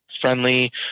friendly